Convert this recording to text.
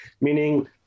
Meaning